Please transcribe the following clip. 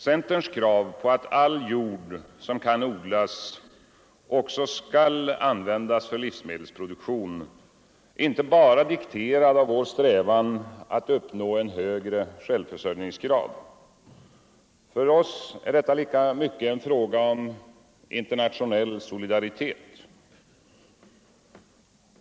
Centerns krav på att all jord som kan odlas också skall användas för livsmedelsproduktion är inte bara dikterat av vår strävan att uppnå högre självförsörjning. För oss är detta krav lika mycket en fråga om internationell solidaritet.